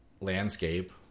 landscape